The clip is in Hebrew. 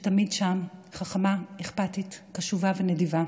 שתמיד שם, חכמה, אכפתית, קשובה ונדיבה.